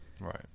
Right